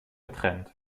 getrennt